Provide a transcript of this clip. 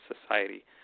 society